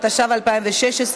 התשע"ו 2016,